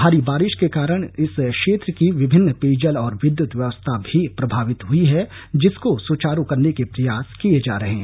भारी बारिश के कारण इस क्षेत्र की विभन्न पेयजल और विद्युत व्यवस्था भी प्रभावित हुई है जिसको सुचारू करने के प्रयास किए जा रहा है